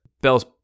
Bell's